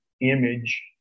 image